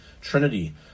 Trinity